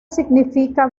significa